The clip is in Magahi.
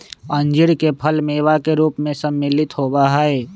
अंजीर के फल मेवा के रूप में सम्मिलित होबा हई